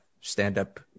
stand-up